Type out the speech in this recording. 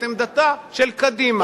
את עמדתה של קדימה.